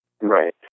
Right